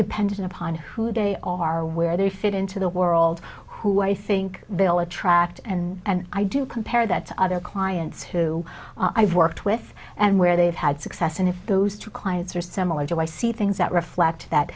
dependent upon who they are where they fit into the world who i think they'll attract and i do compare that to other clients who i've worked with and where they've had success and if those two clients are similar to i see things that reflect that